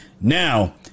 Now